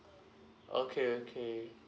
okay okay